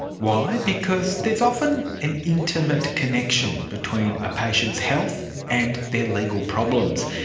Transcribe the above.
why? because there is often an intimate connection between a patient's health and their legal problems.